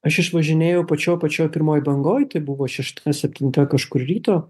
aš išvažinėjau pačioj pačioj pirmoj bangoj tai buvo šešta septinta kažkur ryto